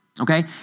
Okay